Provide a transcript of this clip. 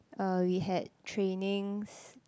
uh we had trainings